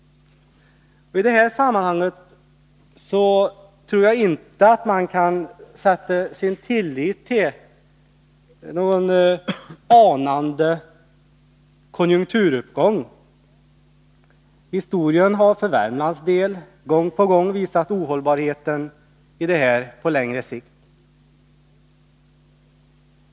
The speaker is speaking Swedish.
I detta sammanhang tror jag inte att man kan sätta sin tillit till någon anad konjunkturuppgång. Historien har för Värmlands del gång på gång visat ohållbarheten däri på längre sikt.